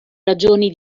ragioni